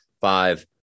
five